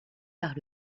par